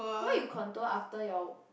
why you contour after your